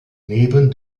neben